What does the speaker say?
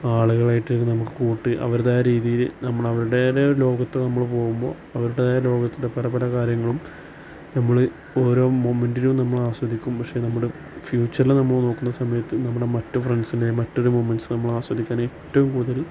ആളുകളായിട്ട് നമുക്ക് കൂട്ട് അവരുടെ ആ രീതിയിൽ നമ്മൾ അവരുടെ വേറൊരു ലോകത്ത് നമ്മൾ പോകുമ്പോൾ അവരുടേതായ ലോകത്തിൻ്റെ പല പല കാര്യങ്ങളും നമ്മൾ ഓരോ മൊമൻറ്റിലും നമ്മൾ ആസ്വദിക്കും പക്ഷേ നമ്മുടെ ഫ്യൂച്ചറിൽ നമ്മൾ നോക്കുന്ന സമയത്ത് നമ്മുടെ മറ്റ് ഫ്രണ്ട്സിൻ്റെ മറ്റൊരു മൊമൻറ്റ്സ് നമ്മൾ ആസ്വദിക്കാൻ ഏറ്റവും കൂടുതൽ